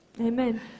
amen